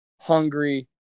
hungry